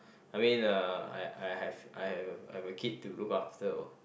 I mean uh I I have I have I have a kid to look after